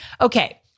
Okay